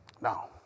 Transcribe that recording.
Now